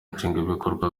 nshingwabikorwa